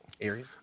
area